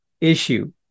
issue